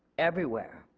everywhere.